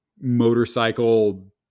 motorcycle